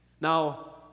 Now